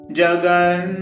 Jagan